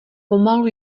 pomalu